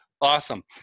Awesome